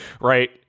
Right